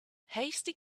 hasty